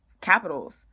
capitals